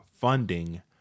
funding